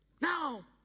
Now